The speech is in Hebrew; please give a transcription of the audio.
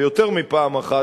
ויותר מפעם אחת,